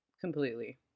Completely